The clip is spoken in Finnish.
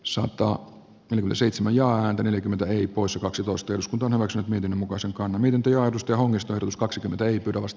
soitto on yli seitsemän jaa a neljäkymmentä eri poissa kaksitoista jos kanavakseen miten muka sekaantuminen työ josta onnistui plus kaksikymmentä lost